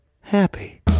Happy